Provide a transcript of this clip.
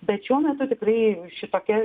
bet šiuo metu tikrai šitokia